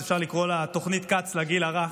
אז אפשר לקרוא לה "תוכנית כץ לגיל הרך".